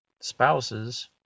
spouses